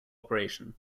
operation